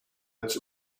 its